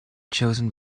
chosen